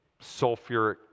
sulfuric